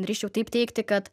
drįsčiau taip teigti kad